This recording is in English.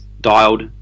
dialed